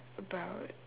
about